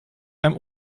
einem